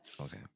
Okay